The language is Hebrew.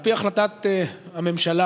על פי החלטת הממשלה,